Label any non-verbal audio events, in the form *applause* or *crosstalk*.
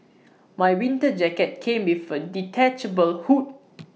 *noise* my winter jacket came with A detachable hood *noise*